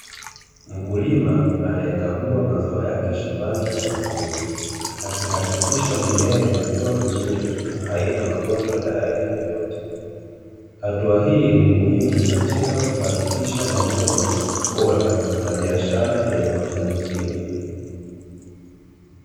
Mkulima anayekagua mazao yake shambani kwa makini, akihakikisha mimea inakua vizuri na haina magonjwa ya aina yoyote. Hatua hii ni muhimu katika kuhakikisha mavuno bora na biashara yenye mafanikio.